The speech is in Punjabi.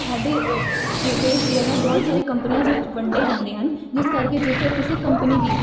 ਸਾਡੇ ਸ਼ ਜਿਹੜੇ ਸ਼ੇਅਰ ਆ ਬਹੁਤ ਸਾਰੇ ਕੰਪਨੀਆਂ ਵਿੱਚ ਵੰਡੇ ਜਾਂਦੇ ਹਨ ਜਿਸ ਕਰਕੇ ਜੇਕਰ ਕਿਸੇ ਕੰਪਨੀ ਦੀ